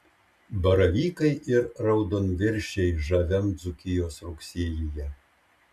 baravykai ir raudonviršiai žaviam dzūkijos rugsėjyje